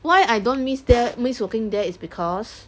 why I don't miss there miss working there is because